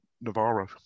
Navarro